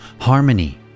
Harmony